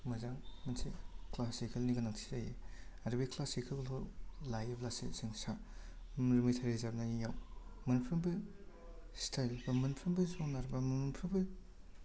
मोजां मोनसे क्लासिकेल नि गोनांथि जायो आरो बे क्लासिकेल खौ लायोब्लासो जों मेथाइ रोजाबनायाव मोनफ्रोमबो स्टाइल बा मोनफ्रोमबो जनार मोनफ्रोमबो बा मोनफ्रोमबो